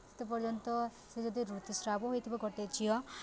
ସେତେ ପର୍ଯ୍ୟନ୍ତ ସେ ଯଦି ଋତୁସ୍ରାବ ହେଇଥିବ ଗୋଟେ ଝିଅ